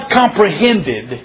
comprehended